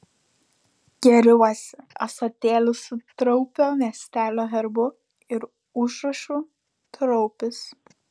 gėriuosi ąsotėliu su traupio miestelio herbu ir užrašu traupis